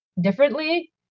differently